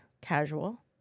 casual